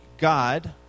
God